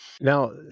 now